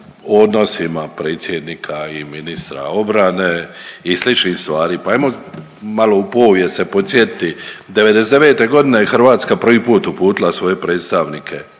odnosima predsjednika i ministra obrane i sličnih stvari, pa ajmo malo u povijest se podsjetiti, '99.g. je Hrvatska prvi put uputila svoje predstavnike